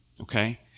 okay